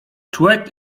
człek